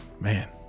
Man